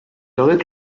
arrête